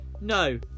No